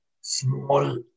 small